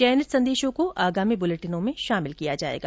चयनित संदेशों को आगामी ब्रलेटिनों में शामिल किया जाएगा